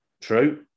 True